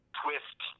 twist